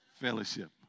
Fellowship